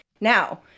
Now